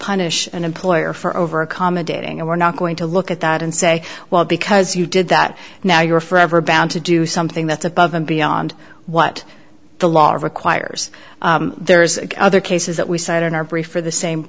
punish an employer for over accommodating and we're not going to look at that and say well because you did that now you're forever bound to do something that's above and beyond what the law requires there's other cases that we cite in our brief for the same